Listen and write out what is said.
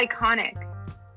iconic